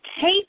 take